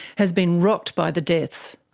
has been rocked by the deaths.